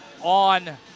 on